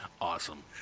Awesome